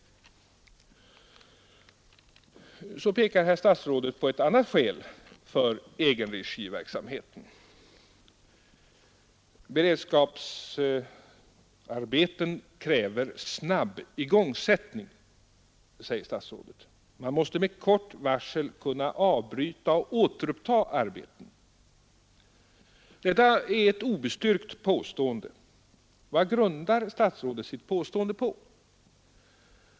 Vidare pekar herr statsrådet på ett annat skäl för egenregiverksamheten. Beredskapsarbeten kräver snabb igångsättning, säger statsrådet. Man måste med kort varsel kunna avbryta och återuppta arbeten. Det är ett obestyrkt påstående. Vad grundar statsrådet sitt påstående på?